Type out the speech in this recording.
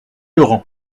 laurent